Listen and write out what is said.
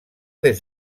des